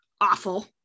awful